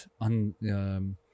on